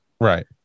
right